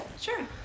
Sure